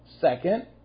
Second